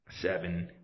seven